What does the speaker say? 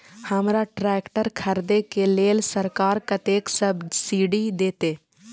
हमरा ट्रैक्टर खरदे के लेल सरकार कतेक सब्सीडी देते?